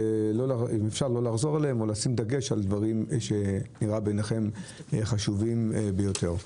לשים דגש על דברים שנראים בעיניכם חשובים ביותר.